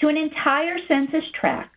to an entire census tract